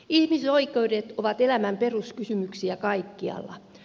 ihmisoikeudet ovat elämän peruskysymyksiä kaikkialla